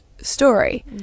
story